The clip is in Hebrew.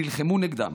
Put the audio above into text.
נלחמו נגדם,